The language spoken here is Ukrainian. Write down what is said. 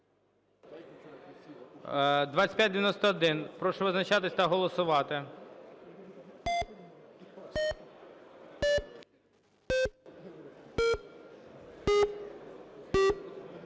Прошу визначатися та голосувати.